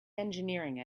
engineering